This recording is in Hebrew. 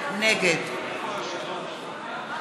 נגד